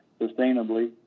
sustainably